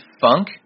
funk